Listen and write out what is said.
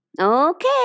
Okay